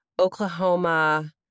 Oklahoma